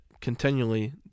continually